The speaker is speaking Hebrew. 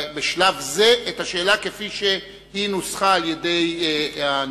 בשלב זה, את השאלה כפי שהיא נוסחה על-ידי הנשיאות.